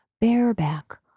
bareback